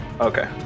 Okay